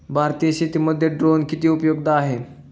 भारतीय शेतीमध्ये ड्रोन किती उपयुक्त आहेत?